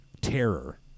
terror